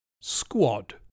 Squad